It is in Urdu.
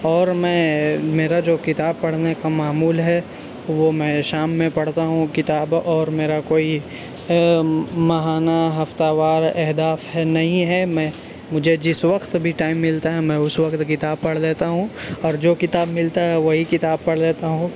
اور میں میرا جو کتاب پڑھنے کا معمول ہے وہ میں شام میں پڑھتا ہوں کتاب اور میرا کوئی ماہانہ ہفتہ وار اہداف ہے نہیں ہے میں مجھے جس وقت بھی ٹائم ملتا ہے میں اس وقت کتاب پڑھ لیتا ہوں اور جو کتاب ملتا ہے وہی کتاب پڑھ لیتا ہوں